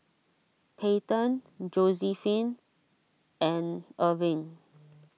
Peyton Josiephine and Erving